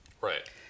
Right